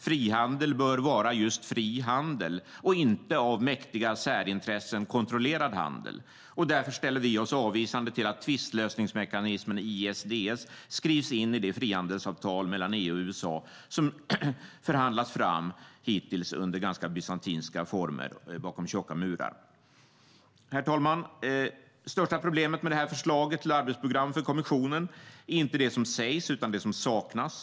Frihandel bör vara just fri handel och inte av mäktiga särintressen kontrollerad handel. Därför ställer vi oss avvisande till att tvistlösningsmekanismen ISDS skrivs in i det frihandelsavtal mellan EU och USA som förhandlats fram under hittills något bysantinska former bakom tjocka murar. Det största problemet med det här förslaget till arbetsprogram för kommissionen är inte det som sägs utan det som saknas.